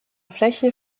fläche